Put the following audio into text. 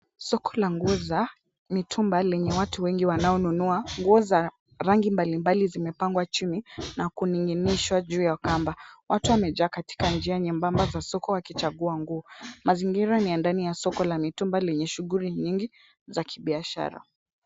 Soko la nguo za mitumba lenye watu wengi wanaonunua. Nguo za rangi mbali mbali zimepangwa chini na kuning'inishwa juu ya kamba. Watu wamejaa katika njia nyembamba za soko wakichagua nguo. Mazingira ni ya ndani ya soko la mitumba lenye shughuli mingi za kibiashara.